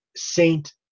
saint